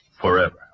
forever